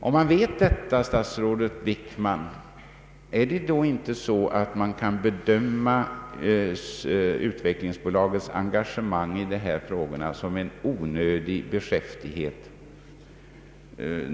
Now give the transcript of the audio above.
Om man vet detta, statsrådet Wickman, kan man då inte bedöma utvecklingsbolagets engagemang i dessa frågor som en onödig beskäftighet?